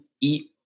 eat